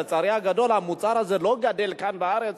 לצערי הגדול, המוצר הזה לא גדל כאן בארץ